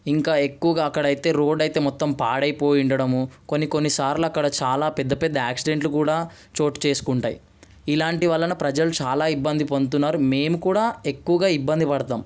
ఇంకా ఎక్కువగా అక్కడ అయితే రోడ్ అయితే మొత్తం పాడైపోయి ఉండడము కొన్ని కొన్ని సార్లు అక్కడ చాలా పెద్ద పెద్ద ఆక్సిడెంట్లు కూడా చోటు చేసుకుంటాయి ఇలాంటి వలన ప్రజలు చాలా ఇబ్బంది పడుతున్నారు మేము కూడా ఎక్కువగా ఇబ్బంది పడదాం